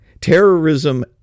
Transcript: Terrorism